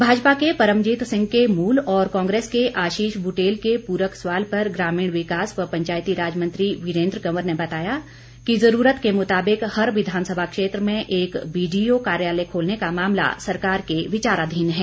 भाजपा के परमजीत सिंह के मूल और कांग्रेस के आशीष बुटेल के पूरक सवाल पर ग्रामीण विकास व पंचायती राज मंत्री वीरेंद्र कंवर ने बताया कि ज़रूरत के मुताबिक और हर विधानसभा क्षेत्र में एक बीडीओ कार्यालय खोलने का मामला सरकार के विचारघीन है